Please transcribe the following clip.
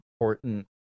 important